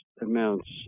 amounts